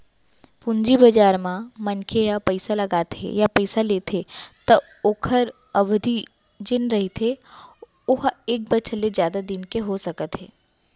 पूंजी बजार म मनखे ह पइसा लगाथे या पइसा लेथे त ओखर अबधि जेन रहिथे ओहा एक बछर ले जादा दिन के हो सकत हे